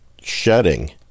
shedding